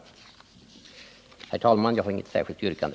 Herr talman! Jag har inget särskilt yrkande.